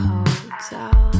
Hotel